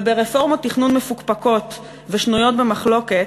וברפורמות תכנון מפוקפקות ושנויות במחלוקת,